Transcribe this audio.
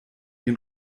den